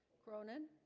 cronin